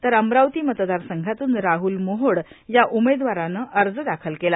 तर अमरावती मतदारसंघातून राहुल मोहोड या उमेदवारानं अर्ज दाखल केला